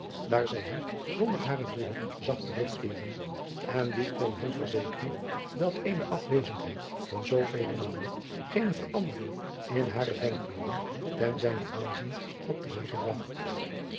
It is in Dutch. daar zij hem zonder haren broeder zag terugkeeren n wie kon hem verzekeren dat eene afwezendheid van zoovele maanden geene verandering in hare denkbeelden ten zijnen aanzien had te weeg